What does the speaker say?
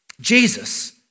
Jesus